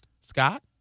Scott